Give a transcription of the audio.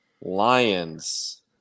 Lions